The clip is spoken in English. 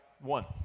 One